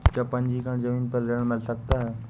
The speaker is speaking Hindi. क्या पंजीकरण ज़मीन पर ऋण मिल सकता है?